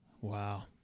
wow